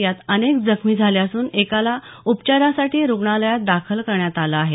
यात अनेक जखमी झाले असून एकाला उपचारांसाठी रुग्णालयात दाखल करण्यात आलं आहे